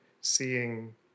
seeing